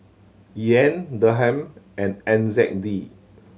Yen Dirham and N Z D